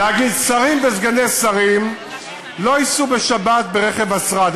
להגיד: שרים וסגני שרים לא ייסעו בשבת ברכב השרד,